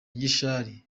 gishari